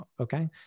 Okay